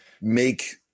make